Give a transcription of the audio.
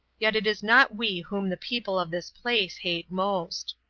yet it is not we whom the people of this place hate most.